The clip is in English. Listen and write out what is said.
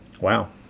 Wow